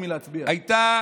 הייתה